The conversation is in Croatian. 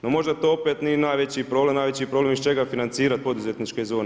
No možda to opet nije najveći problem, najveći je problem iz čega financirati poduzetničke zone.